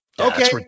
Okay